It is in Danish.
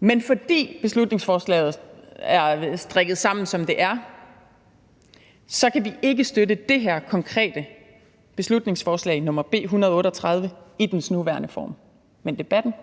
men fordi beslutningsforslaget er strikket sammen, som det er, så kan vi ikke støtte det her konkrete beslutningsforslag nr. B 138 i dets nuværende form, men debatten